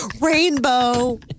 Rainbow